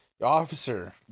Officer